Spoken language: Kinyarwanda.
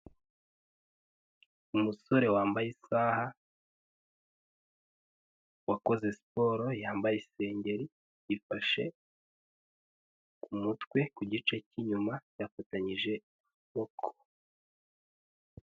Umusore wambaye isaha, wakoze siporo yambaye isengeri, ifashe ku mutwe ku gice cy'inyuma yafatanyije amaboko.